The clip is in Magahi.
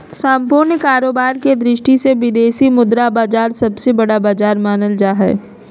सम्पूर्ण कारोबार के दृष्टि से विदेशी मुद्रा बाजार सबसे बड़ा बाजार मानल जा हय